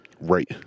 Right